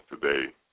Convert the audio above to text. today